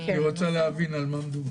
היא רוצה להבין על מה מדובר.